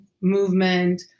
movement